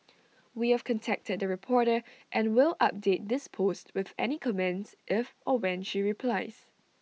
we have contacted the reporter and will update this post with any comments if or when she replies